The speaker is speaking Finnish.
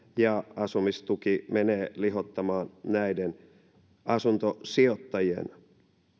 ja asumistuki menee lihottamaan näiden asuntosijoittajien